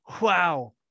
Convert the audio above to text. Wow